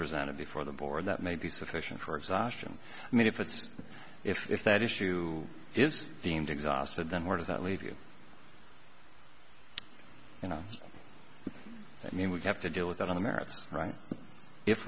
presented before the board that may be sufficient for exhaustion i mean if it's if if that issue is deemed exhausted then where does that leave you you know i mean we have to deal with it on the merits right if